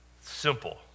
simple